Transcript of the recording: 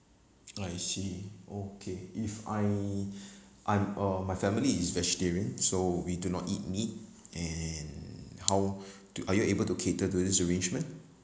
I see okay if I I'm uh my family is vegetarian so we do not eat meat and how do are you able to cater to this arrangement